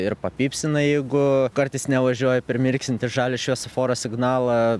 ir papypsina jeigu kartais nevažiuoju per mirksintį žalią šviesoforo signalą